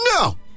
No